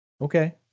Okay